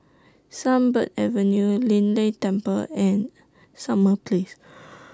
Sunbird Avenue Lei Yin Temple and Summer Place